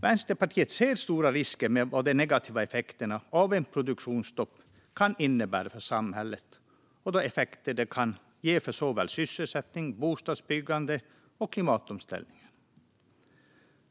Vänsterpartiet ser stora risker med de negativa effekter som ett produktionsstopp kan innebära för samhället och de effekter som det kan ge för såväl sysselsättning som bostadsbyggande och klimatomställning.